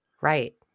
Right